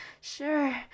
sure